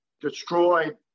destroyed